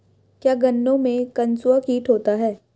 क्या गन्नों में कंसुआ कीट होता है?